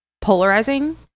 polarizing